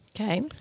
Okay